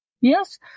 Yes